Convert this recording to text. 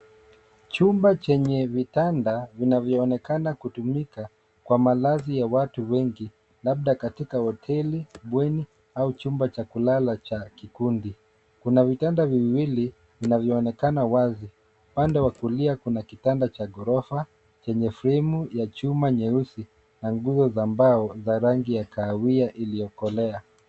Chumba chenye vitanda vinavyoonekana kutumika kwa malazi ya watu wengi labda katika hosteli, bweni au chumba cha kulala cha kikundi. Kuna vitanda viwili vinavyoonekana wazi. Upande wa kulia kuna kitanda cha ghorofa chenye fremu ya chuma nyeusi na nguo za mbao za rangi ya kahawia iliyokolea.